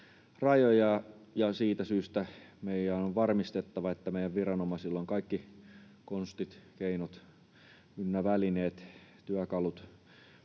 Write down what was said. siitä syystä meidän on varmistettava, että meidän viranomaisilla on kaikki konstit, keinot ynnä välineet, työkalut,